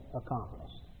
accomplished